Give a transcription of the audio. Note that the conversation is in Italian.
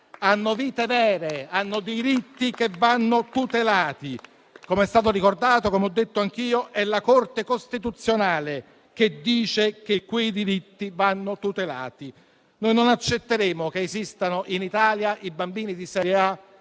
hanno vite vere, hanno diritti che vanno tutelati. Come è stato ricordato e come ho dichiarato anch'io, è la Corte costituzionale che dice che quei diritti vanno tutelati. Noi non accetteremo che esistano in Italia bambini di serie A